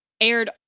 aired